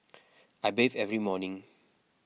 I bathe every morning